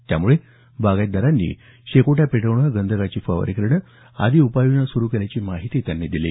त्यामुळे आताच बागयतदारांनी शेकोट्या पेटवणं गंधकाची फवारणी करणं आदी उपाय योजना सुरु केल्याची माहिती त्यांनी दिली